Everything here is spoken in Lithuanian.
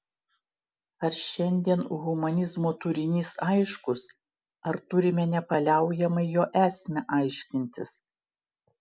ar šiandien humanizmo turinys aiškus ar turime nepaliaujamai jo esmę aiškintis